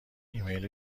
ایمیل